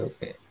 Okay